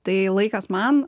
tai laikas man